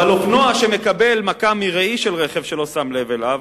אבל אופנוע שמקבל מכה מראי של רכב שלא שם לב אליו